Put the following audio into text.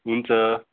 हुन्छ